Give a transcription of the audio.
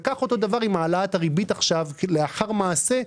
וכך אותו דבר עם העלאת הריבית עכשיו לאחר מעשה,